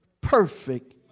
perfect